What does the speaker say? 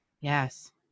Yes